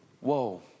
whoa